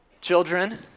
Children